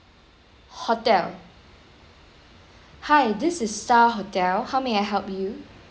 hotel hi this is star hotel how may I help you